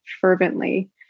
fervently